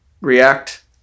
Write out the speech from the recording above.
react